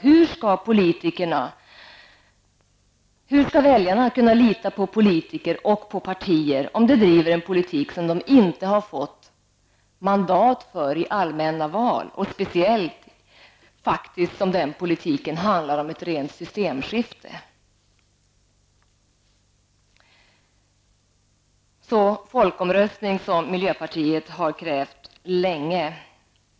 Hur skall väljarna kunna lita på politiker och partier om de driver en politik som de inte har fått mandat för i allmänna val, speciellt som den politiken handlar om ett rent systemskifte? Folkomröstning har miljöpartiet krävt länge.